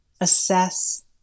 assess